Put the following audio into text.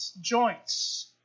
joints